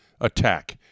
attack